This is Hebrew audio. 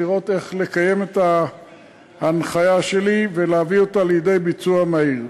לראות איך לקיים את ההנחיה שלי ולהביא אותה לידי ביצוע מהיר.